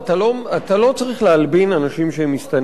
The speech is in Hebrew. אתה לא צריך להלבין אנשים שהם מסתננים.